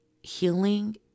healing